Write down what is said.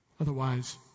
Otherwise